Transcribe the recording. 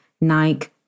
Nike